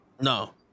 No